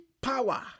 power